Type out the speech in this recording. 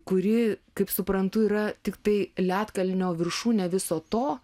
kuri kaip suprantu yra tiktai ledkalnio viršūnė viso to